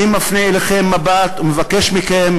אני מפנה אליכם מבט ומבקש מכם,